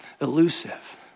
elusive